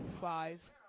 five